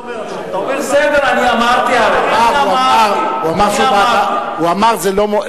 הוא אמר שזה לא פוטר,